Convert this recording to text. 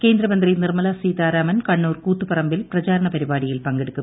കേന്ദ്രമന്ത്രി നിർമ്മല സീതാരാമൻ കണ്ണൂർ കൂത്തുപറമ്പിൽ പ്രചാരണ പരിപാടിയിൽ പങ്കെടുക്കും